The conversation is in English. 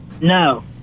No